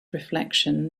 reflection